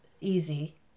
easy